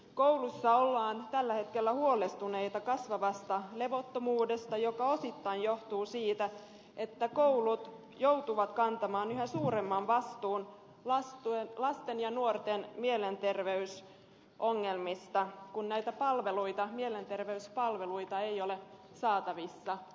koulussa ollaan tällä hetkellä huolestuneita kasvavasta levottomuudesta joka osittain johtuu siitä että koulut joutuvat kantamaan yhä suuremman vastuun lasten ja nuorten mielenterveysongelmista kun mielenterveyspalveluita ei ole saatavissa